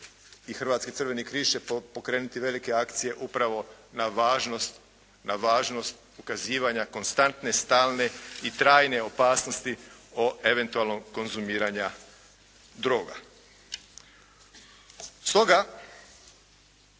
Hrvatski crveni križ će pokrenuti velike akcije upravo na važnost ukazivanja konstantne, stalne i trajne opasnosti o eventualnom konzumiranju droga.